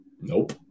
Nope